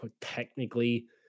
technically